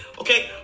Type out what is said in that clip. okay